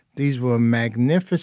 these were magnificent